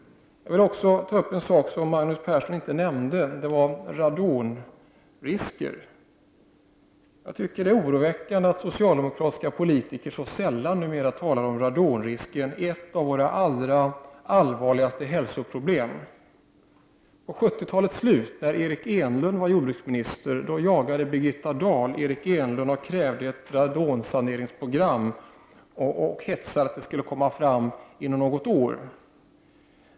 Jag vill också ta upp något som Magnus Persson inte nämnde, nämligen radonrisken. Jag tycker att det är oroväckande att socialdemokratiska politiker numera så sällan talar om radonrisken, ett av våra allra allvarligaste hälsoproblem. I slutet av 70-talet, när Eric Enlund var jordbruksminister, jagade Birgitta Dahl honom med krav på att ett radonsaneringsprogram skulle tas fram inom något år.